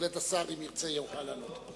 בהחלט השר, אם ירצה, יוכל לענות.